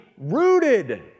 rooted